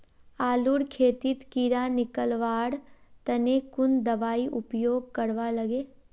आलूर खेतीत कीड़ा निकलवार तने कुन दबाई उपयोग करवा लगे?